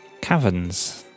caverns